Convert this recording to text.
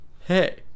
Hey